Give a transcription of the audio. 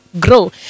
grow